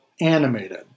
animated